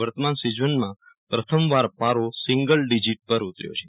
વર્તમાન સિઝનમાં પ્રથમવાર પારો સિંગલ ડીજીટ પર પહોચ્ચો છે